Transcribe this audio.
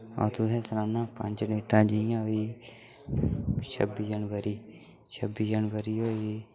आ'ऊं तुसें'ई सनाना पन्ज डेटां जि'यां फ्ही छब्बी जनबरी छब्बी जनबरी होई